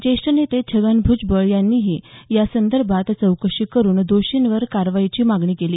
ज्येष्ठ नेते छगन भूजबळ यांनीही या संदर्भात चौकशी करून दोषींवर कारवाईची मागणी केली